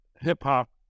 hip-hop